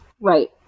Right